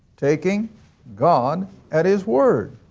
taking god at his word!